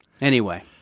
anyway-